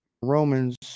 Romans